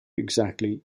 exactly